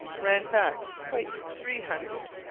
ran back quite three hundred.